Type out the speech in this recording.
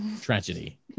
Tragedy